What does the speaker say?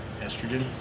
estrogen